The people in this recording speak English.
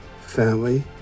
family